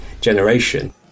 generation